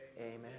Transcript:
Amen